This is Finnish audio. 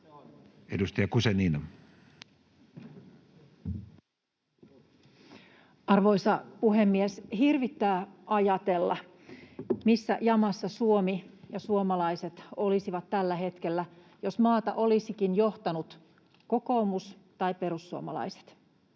15:16 Content: Arvoisa puhemies! Hirvittää ajatella, missä jamassa Suomi ja suomalaiset olisivat tällä hetkellä, jos maata olisikin johtanut kokoomus tai perussuomalaiset.